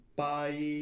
Bye